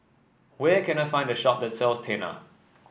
where can I find a shop that sells Tena